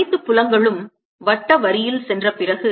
அனைத்து புலங்களும் வட்ட வரியில் சென்ற பிறகு